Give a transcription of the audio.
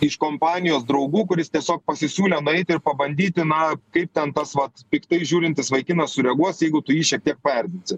iš kompanijos draugu kuris tiesiog pasisiūlė nueiti ir pabandyti na kaip ten tas vat piktai žiūrintis vaikinas sureaguos jeigu tu jį šiek tiek paerzinsi